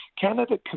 Canada